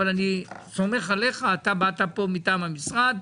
אבל אני סומך עליך, אתה בא פה מטעם המשרד.